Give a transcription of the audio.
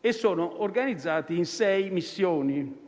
e sono organizzati in sei missioni.